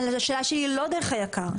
אז השאלה שלי לא דרך היק"ר.